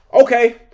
okay